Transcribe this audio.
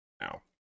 now